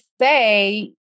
say